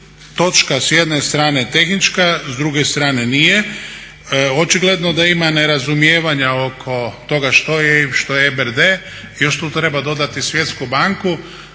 točka je s jedne strane tehnička, s druge strane nije. Očigledno da ima nerazumijevanja oko toga što je … što EBRD, još tu treba dodati Svjetsku banku.